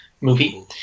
movie